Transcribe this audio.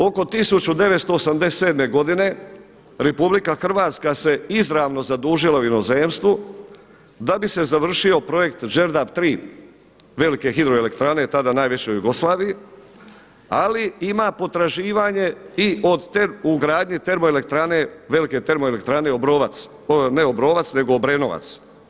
Oko 1987. godine RH se izravno zadužila u inozemstvu da bi se završio projekt Đerdap 3 velike hidroelektrane tada najveće u Jugoslaviji, ali ima potraživanje i od u gradnji termoelektrane, velike termoelektrane Obrovac, ne Obrovac nego Obrenovac.